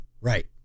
Right